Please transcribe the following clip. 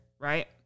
right